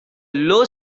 low